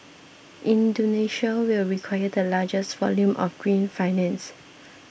Indonesia will require the largest volume of green finance